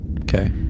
Okay